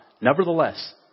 Nevertheless